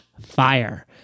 fire